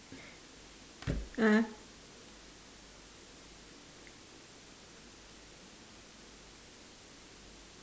a'ah